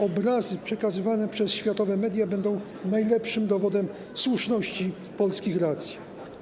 Obrazy przekazywane przez światowe media będą najlepszym dowodem słuszności polskich racji.